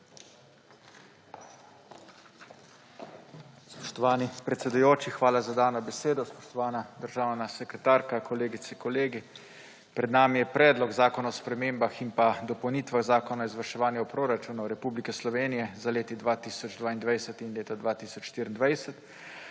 Spoštovani predsedujoči, hvala za dano besedo. Spoštovana državna sekretarka, kolegice, kolegi! Pred nami je predlog zakona o spremembah in dopolnitvah zakona o izvrševanju proračunov Republike Slovenije za leto 2022 in leto 2023.